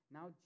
Now